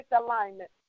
alignment